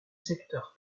secteur